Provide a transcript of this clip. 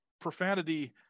Profanity